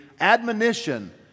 admonition